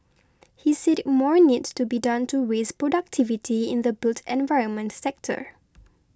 he said more needs to be done to raise productivity in the built environment sector